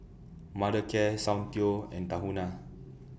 Mothercare Soundteoh and Tahuna